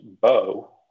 Bo